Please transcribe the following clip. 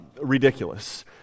ridiculous